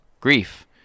grief